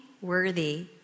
worthy